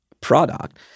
product